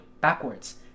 backwards